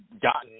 gotten